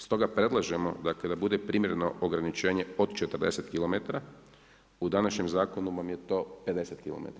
Stoga predlažemo da bude primjereno ograničenje od 40km, u današnjem zakonu vam je to 50km,